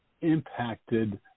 impacted